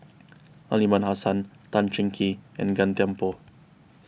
Aliman Hassan Tan Cheng Kee and Gan Thiam Poh